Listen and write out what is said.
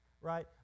right